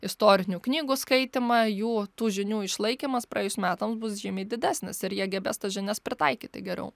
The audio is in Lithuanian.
istorinių knygų skaitymą jų tų žinių išlaikymas praėjus metams bus žymiai didesnis ir jie gebės tas žinias pritaikyti geriau